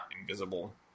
invisible